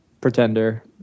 Pretender